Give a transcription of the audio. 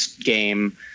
game